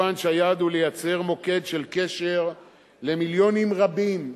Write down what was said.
מובן שהיעד הוא לייצר מוקד של קשר למיליונים רבים,